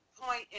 point